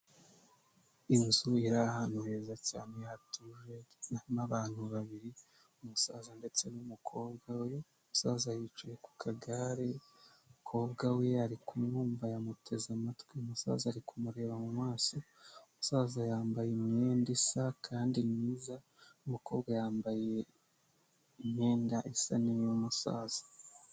Inzu iri ahantu heza cyane hatuje ndetse harimo abantu babiri umusaza ndetse n'umukobwa we, umusaza yicaye ku kagare umukobwa we arikumwumva yamuteze amatwi, umusaza ari kumureba mu maso, umusaza yambaye imyenda isa kandi myiza umukobwa yambaye imyenda isa n'iy'umusaza.